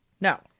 no